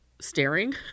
staring